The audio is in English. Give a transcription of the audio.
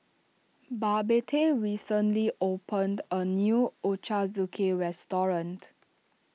Babette recently opened a new Ochazuke restaurant